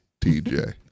TJ